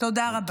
תודה רבה.